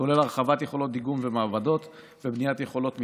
כולל הרחבת יכולות דיגום ומעבדות ובניית יכולות מתקדמות.